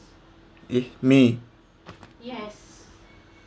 is me